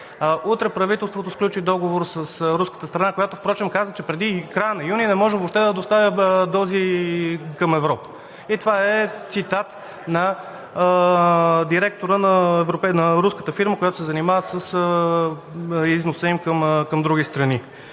утре правителството сключи договор с руската страна, която впрочем каза, че преди края на месец юни не може да доставя дози към Европа. Това е цитат на директора на руската фирма, която се занимава с износа им към други срани.